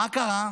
מה קרה?